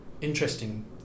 interesting